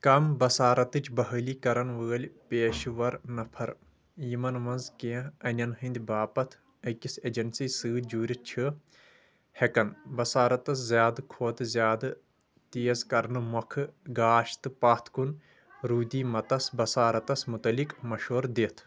کَم بصارتچ بحٲلی کرن وٲلۍ پیشہٕ ور نفر یِمن منٛز کینٛہہ اَنٮ۪ن ہٕند باپتھ أکِس ایجنسی سۭتۍ جوٗرتھ چِھ ہیکن بصارتس زیادٕ کھوتہٕ زیادٕ تیز کرنہٕ مۄکھٕ گاش تہٕ پتھ کُن رُودی متس بصارتس متعلق مشور دِتھ